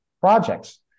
projects